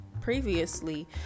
previously